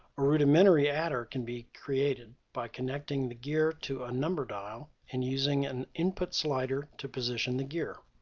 a rudimentary adder can be created by connecting the gear to a number dial and using an input slider to position the gear.